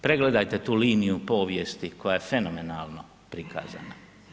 Pregledajte tu liniju povijesti koje je fenomenalno prikazana.